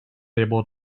able